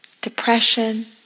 depression